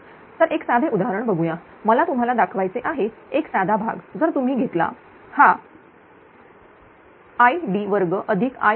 तर एक साधे उदाहरण बघूया मला तुम्हाला दाखवायचे आहे एक साधा भाग जर तुम्ही घेतला ।I। हा Id2Iq2